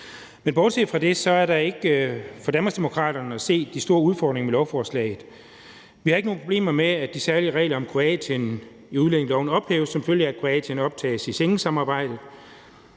Men bortset fra det er der for Danmarksdemokraterne at se ikke de store udfordringer i lovforslaget. Vi har ikke nogen problemer med, at de særlige regler om Kroatien i udlændingeloven ophæves, som følge af at Kroatien optages i Schengensamarbejdet.